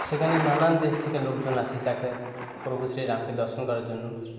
সেখানে নানান দেশ থেকে লোকজন আসছে তাকে প্রভু শ্রী রামকে দর্শন করার জন্য